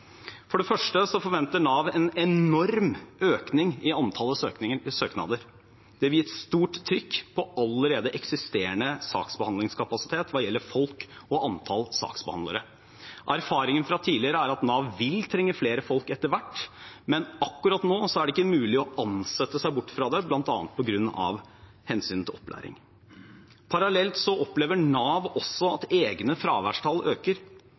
For det første forventer Nav en enorm økning i antall søknader. Det vil bli et stort trykk på allerede eksisterende saksbehandlingskapasitet hva gjelder folk og antall saksbehandlere. Erfaringen fra tidligere er at Nav vil trenge flere folk etter hvert, men akkurat nå er det ikke mulig å ansette seg bort fra det, bl.a. på grunn av hensynet til opplæring. Parallelt opplever Nav at egne fraværstall øker.